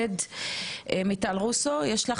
בבקשה.